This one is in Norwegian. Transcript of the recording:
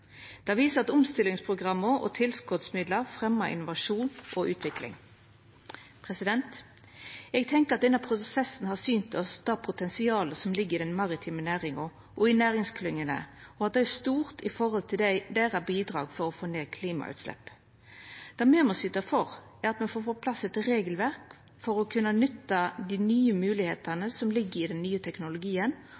Det viser at omstillingsprogramma og tilskotsmidlar fremjar innovasjon og utvikling. Eg tenkjer at denne prosessen har synt oss at det potensialet som ligg i den maritime næringa og i næringsklyngjene, er stort som bidrag til å få ned klimagassutsleppa. Det me må syta for, er å få på plass eit regelverk for å kunna nytta dei nye